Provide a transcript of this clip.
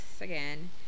again